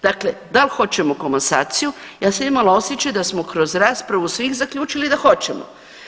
Dakle, da li hoćemo komasaciju, ja sam imala osjećaj da smo kroz raspravu svih zaključili da hoćemo.